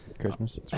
Christmas